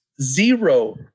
Zero